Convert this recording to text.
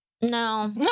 no